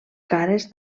cares